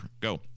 Go